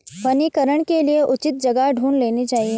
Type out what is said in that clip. वनीकरण के लिए उचित जगह ढूंढ लेनी चाहिए